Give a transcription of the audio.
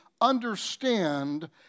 understand